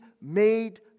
made